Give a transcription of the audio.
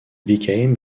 became